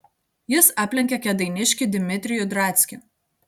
jis aplenkė kėdainiškį dimitrijų drackį